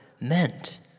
meant